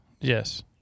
Yes